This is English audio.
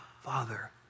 Father